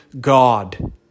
God